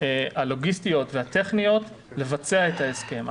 הלוגיסטיות והטכניות לבצע את ההסכם.